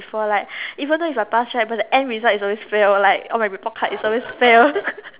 like even though it's a pass right but the end result is always fail like all my report card is always fail